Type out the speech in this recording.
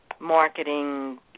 marketing